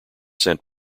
sent